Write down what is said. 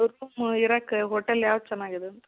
room ಇರಾಕೆ hotel ಯಾವ್ದು ಚೆನ್ನಾಗೆದ್